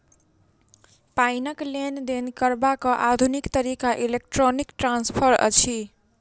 पाइक लेन देन करबाक आधुनिक तरीका इलेक्ट्रौनिक ट्रांस्फर अछि